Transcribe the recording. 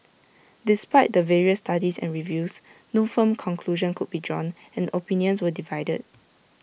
despite the various studies and reviews no firm conclusion could be drawn and opinions were divided